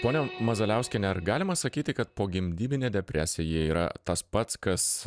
pone mazaliauskiene ar galima sakyti kad pogimdyvinė depresija yra tas pats kas